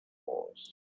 was